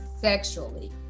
sexually